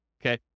okay